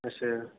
अच्छा